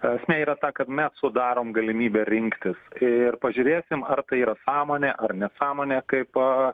esmė yra ta kad mes sudarom galimybę rinktis ir pažiūrėsim ar tai yra sąmonė ar nesąmonė kaip